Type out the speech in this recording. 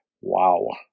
Wow